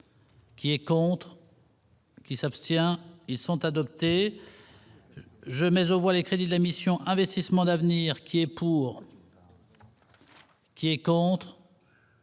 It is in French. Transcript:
Qui est contre. Qui s'abstient ils sont adoptés. Je mais on voit les crédits de la mission Investissements d'avenir. Et pour qui est contre.